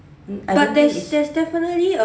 mm I don't think is